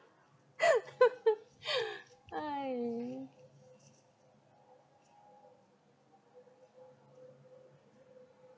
!hais!